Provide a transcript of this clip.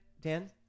Dan